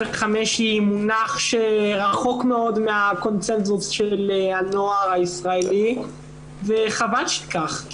היא מונח רחוק מאוד מהקונצנזוס של הנוער הישראלי וחבל שכך.